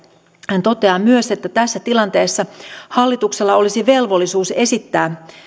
hän toteaa myös tässä tilanteessa hallituksella olisi velvollisuus esittää